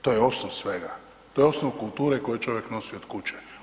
To je osnov svega, to je osnov kulture koju čovjek nosi od kuće.